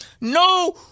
No